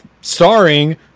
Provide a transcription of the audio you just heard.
starring